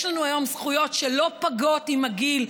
יש לנו היום זכויות שלא פגות עם הגיל,